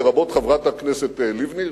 לרבות חברת הכנסת לבני,